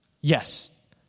Yes